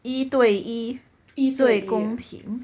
一对一最公平